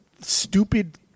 stupid